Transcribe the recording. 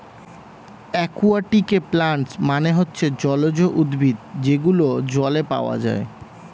একুয়াটিকে প্লান্টস মানে হচ্ছে জলজ উদ্ভিদ যেগুলো জলে পাওয়া যায়